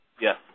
Yes